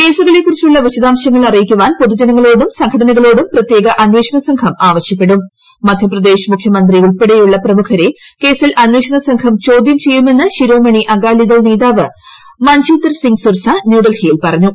കേസുകളെക്കുറിച്ചുള്ള വിശദാംശങ്ങൾ അറിയിക്കുവാൻ പൊതുജനങ്ങളോടും സ്പ്രംഘടനങ്ങളോട് പ്രത്യേക അന്വേഷണ സംഘം ആവശ്യപ്പെട്ടൂരി മധ്യപ്രദേശ് മുഖ്യമന്ത്രി ഉൾപ്പെടെയുള്ള പ്രമുഖരെ കേസിൽ അമ്പഷേണ സംഘം ചോദൃം ചെയ്യുമെന്ന് ശിരോമണി അഗാലിദ്ദ്ൾ നേതാവ് മഞ്ജീന്ദർ സിംഗ് സിർസ ന്യൂഡൽഹിയിൽ പറഞ്ഞു